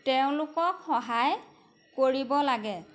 তেওঁলোকক সহায় কৰিব লাগে